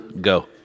go